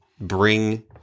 bring